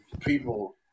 people